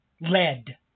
lead